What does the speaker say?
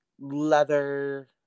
leather